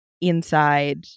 inside